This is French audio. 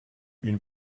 une